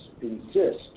insist